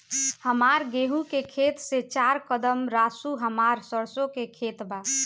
हमार गेहू के खेत से चार कदम रासु हमार सरसों के खेत बा